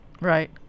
right